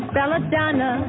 Belladonna